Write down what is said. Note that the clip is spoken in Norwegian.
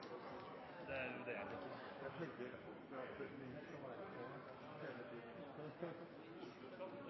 det er ein